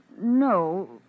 no